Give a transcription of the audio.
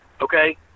okay